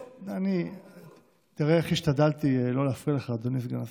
תראה איך השתדלתי שלא להפריע לך, אדוני סגן השר.